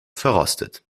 verrostet